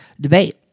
debate